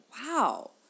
wow